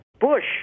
Bush